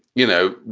you know,